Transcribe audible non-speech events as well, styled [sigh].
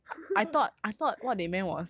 [laughs]